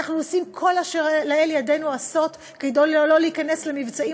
אנחנו עושים כל אשר לאל ידנו כדי לא להיכנס למבצעים,